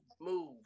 move